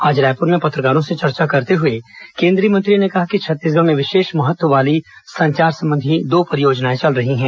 आज रायपुर में पत्रकारों से चर्चा करते हए केन्द्रीय मंत्री ने कहा कि छत्तीसगढ़ में विशेष महत्व वाली संचार संबंधी दो परियोजनाएं चल रही हैं